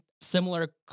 similar